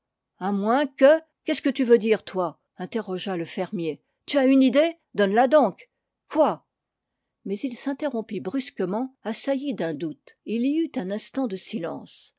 à moins que qu'est-ce que tu veux dire toi interrogea le fermier tu as une idée donne la donc quoi mais il s'interrompit brusquement assailli d'un doute et il y eut un instant de silence